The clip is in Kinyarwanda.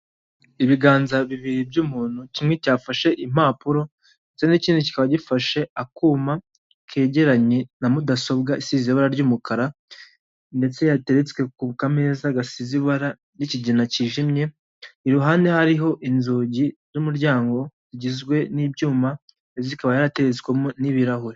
Ibiganza bibiri by'umuntu kimwe cyafashe impapuro ndetse n'ikindi kikaba gifashe akuma kegeranye na mudasobwa isize ibara ry'umukara, ndetse yateretswe ku kameza gasize ibara ry'ikigina cyijimye, iruhande hariho inzugi n'umuryango zigizwe n'ibyuma ndetse hakaba hateretswemo n'ibirahure.